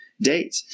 date